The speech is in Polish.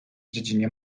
dziedzinie